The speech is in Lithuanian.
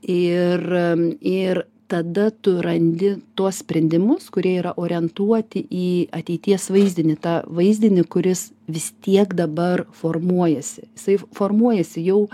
ir ir tada tu randi tuos sprendimus kurie yra orientuoti į ateities vaizdinį tą vaizdinį kuris vis tiek dabar formuojasi jisai formuojasi jau